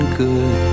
good